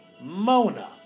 Mona